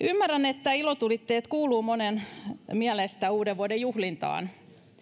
ymmärrän että ilotulitteet kuuluvat monen mielestä uudenvuoden juhlintaan